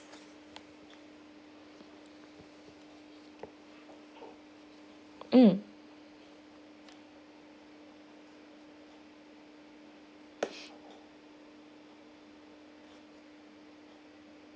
mm